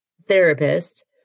therapist